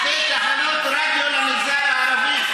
שתי תחנות רדיו למגזר הערבי,